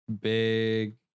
big